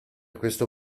questo